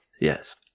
Yes